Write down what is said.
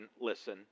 listen